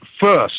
first